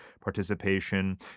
participation